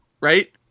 right